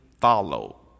follow